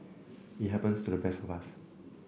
it happens to the best of us